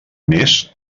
més